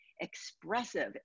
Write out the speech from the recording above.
expressive